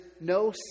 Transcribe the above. no